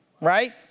right